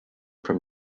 from